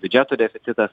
biudžeto deficitas